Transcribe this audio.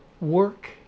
work